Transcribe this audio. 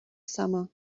summer